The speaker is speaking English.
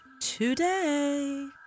today